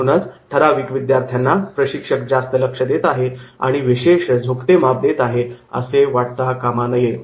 म्हणूनच ठराविक विद्यार्थ्यांना प्रशिक्षक जास्त लक्ष देत आहे आणि त्यांना विशेष झुकते माप दिले जात आहे असे वाटता कामा नये